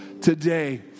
today